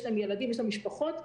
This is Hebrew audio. יש להם ילדים ומשפחות.